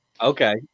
okay